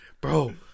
bro